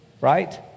right